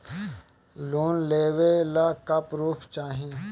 Loan लेवे ला का पुर्फ चाही?